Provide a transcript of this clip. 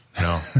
no